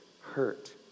hurt